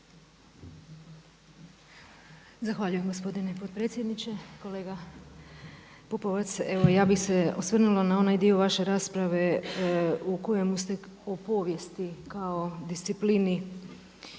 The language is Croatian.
Zahvaljujem gospodine potpredsjedniče. Kolega Pupovac, evo je bih se osvrnula na onaj dio vaše rasprave u kojoj ste o povijesti kao disciplini